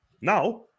Now